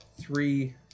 three